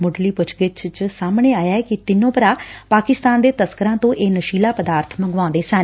ਮੁੱਢਲੀ ਪੁੱਛਗਿੱਛ ਚ ਸਾਹਮਣੇ ਆਇਆ ਕਿ ਤਿੰਨੋ ਭਰਾ ਪਾਕਿਸਤਾਨ ਦੇ ਤਸਕਰਾਂ ਤੋਂ ਇਹ ਨਸ਼ੀਲਾ ਪਦਾਰਥ ਮੰਗਵਾਉਂਦੇ ਸਨ